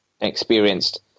experienced